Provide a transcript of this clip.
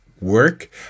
work